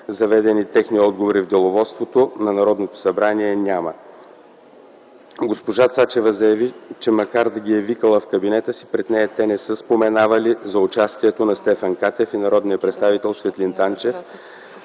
заведени техни отговори в Деловодството на Народното събрание, няма." Госпожа Цачева заяви, че макар да ги е викала в кабинета си, пред нея те не са споменавали за участието на Стефан Катев и народния представител Светлин Танчев